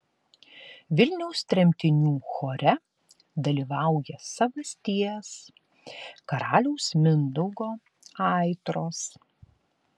vilniaus tremtinių chore dalyvauja savasties karaliaus mindaugo aitros